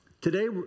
today